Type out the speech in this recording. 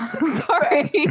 Sorry